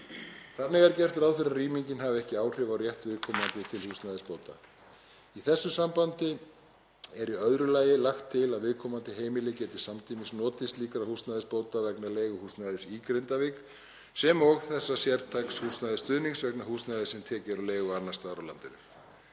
Þannig er gert ráð fyrir að rýmingin hafi ekki áhrif á rétt viðkomandi til húsnæðisbóta. Í þessu sambandi er í öðru lagi lagt til að viðkomandi heimili geti samtímis notið slíkra húsnæðisbóta vegna leiguhúsnæðis í Grindavík og sértæks húsnæðisstuðnings vegna húsnæðis sem tekið er á leigu annars staðar á landinu.